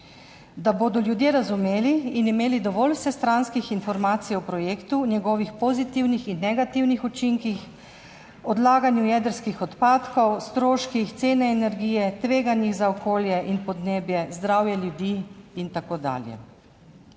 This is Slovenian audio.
da bodo ljudje razumeli in imeli dovolj vsestranskih informacij o projektu, njegovih pozitivnih in negativnih učinkih, odlaganju jedrskih odpadkov, stroških, cene energije, tveganjih za okolje in podnebje, zdravje ljudi in tako dalje.